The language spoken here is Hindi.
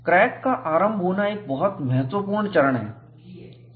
क्रैक का आरंभ होना एक बहुत महत्वपूर्ण चरण है